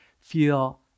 feel